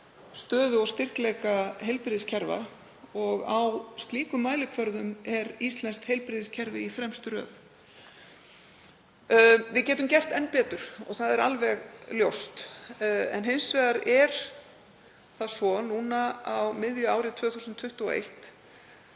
stöðu og styrkleika heilbrigðiskerfa og á slíkum mælikvörðum er íslenskt heilbrigðiskerfi í fremstu röð. Við getum gert enn betur, það er alveg ljóst, en hins vegar er það svo, núna á miðju ári 2021,